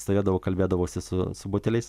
stovėdavau kalbėdavausi su su buteliais